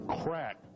crack